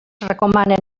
recomanen